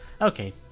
okay